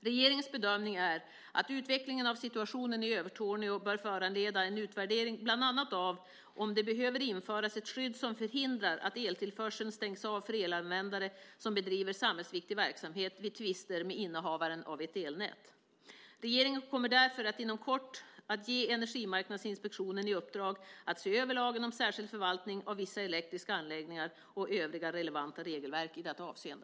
Regeringens bedömning är att utvecklingen av situationen i Övertorneå bör föranleda en utvärdering bland annat av om det behöver införas ett skydd som förhindrar att eltillförseln stängs av för elanvändare som bedriver samhällsviktig verksamhet vid tvister med innehavaren av ett elnät. Regeringen kommer därför inom kort att ge Energimarknadsinspektionen i uppdrag att se över lagen om särskild förvaltning av vissa elektriska anläggningar och övriga relevanta regelverk i detta avseende.